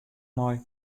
mei